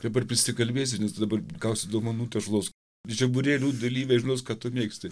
dabar prisikalbėsiu nes dabar gausiu dovanų tešlos žiburėlių dalyviai žinos ką tu mėgsti